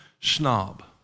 snob